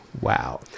wow